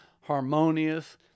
harmonious